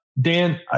Dan